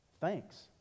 Thanks